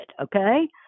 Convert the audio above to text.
okay